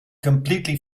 completely